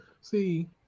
See